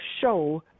show